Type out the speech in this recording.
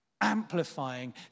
amplifying